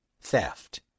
theft